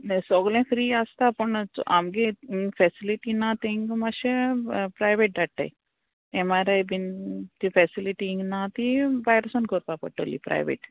सोगलें फ्री आसता पूण आमगे फेसिलिटी ना तांकं मातशें प्रायवेट धाडटाय एम आर आय बीन ती फेसिलिटींग हिंगा ती भायर सोन करपा पडटली प्रायवेट